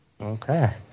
okay